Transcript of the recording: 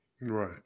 Right